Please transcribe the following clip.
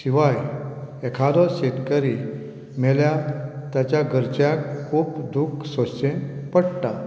शिवाय एकादो शेतकरी मेल्यार ताच्या घरच्यांक खूब दूख सोसचें पडटा